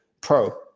pro